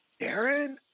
Darren